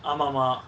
ஆமா மா:aama ma